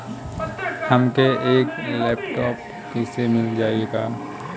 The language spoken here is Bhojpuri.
हमके एक लैपटॉप किस्त मे मिल जाई का?